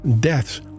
deaths